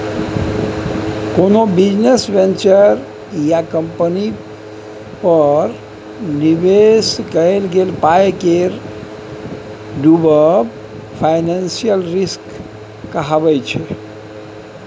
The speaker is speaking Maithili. कोनो बिजनेस वेंचर या कंपनीक पर निबेश कएल गेल पाइ केर डुबब फाइनेंशियल रिस्क कहाबै छै